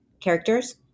characters